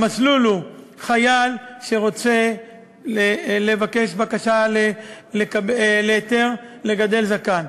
המסלול הוא: חייל שרוצה לבקש היתר לגדל זקן,